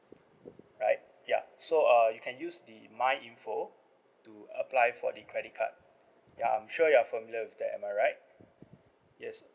right ya so uh you can use the my info to apply for the credit card ya I'm sure you're familiar with that am I right yes